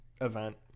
event